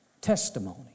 Testimony